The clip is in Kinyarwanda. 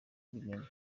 ndirimbo